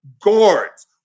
guards